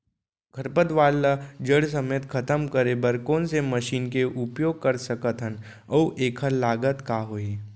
खरपतवार ला जड़ समेत खतम करे बर कोन से मशीन के उपयोग कर सकत हन अऊ एखर लागत का होही?